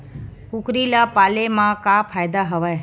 कुकरी ल पाले म का फ़ायदा हवय?